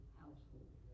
household